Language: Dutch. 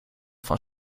van